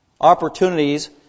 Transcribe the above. opportunities